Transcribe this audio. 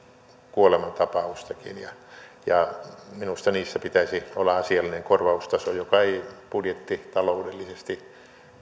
kuolemantapausta ja minusta niissä pitäisi olla asiallinen korvaustaso joka ei budjettitaloudellisesti